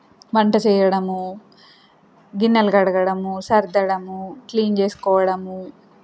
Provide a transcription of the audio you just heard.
వంట చేయడము గిన్నెలు కడగడము సర్దడము క్లీన్ చేసుకోవడము